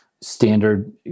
standard